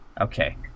okay